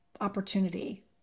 opportunity